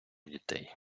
дітей